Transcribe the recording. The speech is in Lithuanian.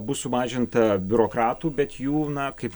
bus sumažinta biurokratų bet jų na kaip